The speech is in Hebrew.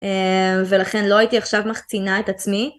ולכן לא הייתי עכשיו מחצינה את עצמי.